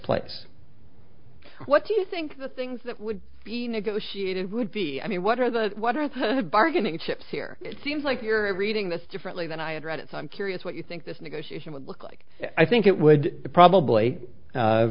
place what do you think the things that would be negotiated would be i mean what are the what are the bargaining chips here it seems like you're reading this differently than i had read it so i'm curious what you think this negotiation would look like i think it would probably